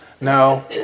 No